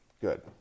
good